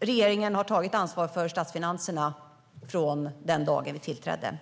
regeringen har tagit ansvar för statsfinanserna från den dagen vi tillträdde.